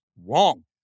Wrong